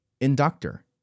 inductor